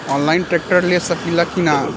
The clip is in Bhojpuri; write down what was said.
आनलाइन ट्रैक्टर ले सकीला कि न?